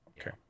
okay